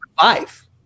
five